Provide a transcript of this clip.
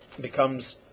becomes